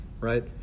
right